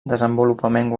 desenvolupament